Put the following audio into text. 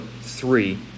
three